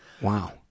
Wow